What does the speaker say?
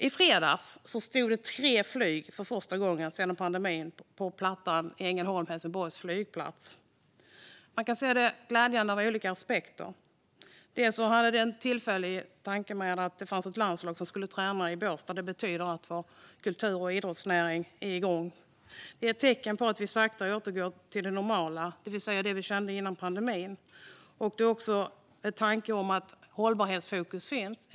I fredags stod det för första gången sedan pandemin tre flyg på plattan på Ängelholm Helsingborg flygplats. Det var glädjande ur olika aspekter. Ett landslag skulle träna i Båstad. Det betyder att vår kultur och idrottsnäring är igång igen. Det är ett tecken på att vi sakta återgår till det normala, det vill säga det vi kände före pandemin. Det visar också att hållbarhet är i fokus.